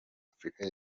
afurika